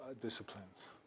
disciplines